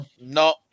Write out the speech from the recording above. no